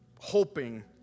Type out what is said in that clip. hoping